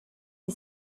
est